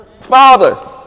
Father